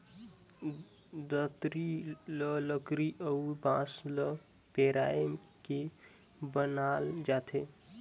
दँतरी ल लकरी अउ बांस ल मेराए के बनाल जाथे